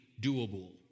doable